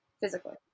physically